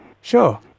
Sure